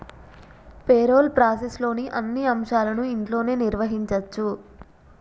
payroll ప్రాసెస్లోని అన్ని అంశాలను ఇంట్లోనే నిర్వహించచ్చు